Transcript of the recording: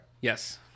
yes